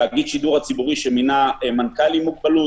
מתאגיד השידור הציבורי שמינה מנכ"ל עם מוגבלות,